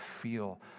feel